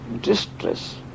distress